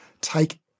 take